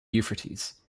euphrates